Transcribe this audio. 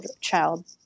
child